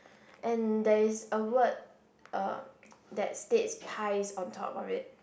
and there is a word uh that states pies on top of it